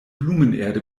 blumenerde